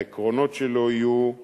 העקרונות שלו יהיו לאסוף,